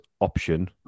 option